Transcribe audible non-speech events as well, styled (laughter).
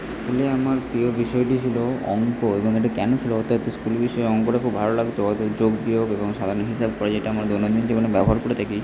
স্কুলে আমার প্রিয় বিষয়টি ছিল অঙ্ক এবং এটা কেন ছিল অর্থাৎ স্কুলে বিষয় অঙ্কটা খুব ভালো লাগত (unintelligible) যোগ বিয়োগ এবং সাধারণ হিসাব করা যেটা আমরা দৈনন্দিন জীবনে ব্যবহার করে থাকি